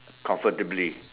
comfortably